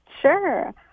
Sure